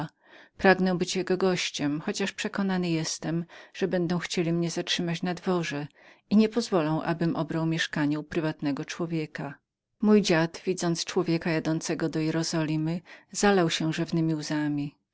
pragnę być jego gościem chociaż przekonany jestem że będą chcieli mnie zatrzymać na dworze i niepozwolą abym obrał mieszkanie u prywatnego mój ojciec widząc człowieka jadącego do jerozolimy zalał się rzewnemi łzami